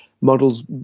models